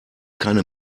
keine